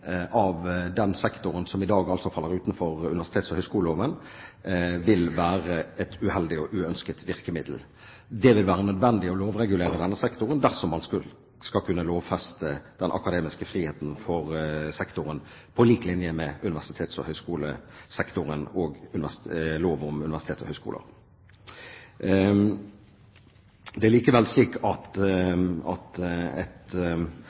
av at en lovregulering av den sektoren som i dag faller utenfor universitets- og høyskoleloven, vil være et uheldig og uønsket virkemiddel. Det vil være nødvendig å lovregulere denne sektoren dersom man skal kunne lovfeste den akademiske friheten for sektoren på lik linje med universitets- og høyskolesektoren og lov om universiteter og høyskoler. Det er likevel slik at et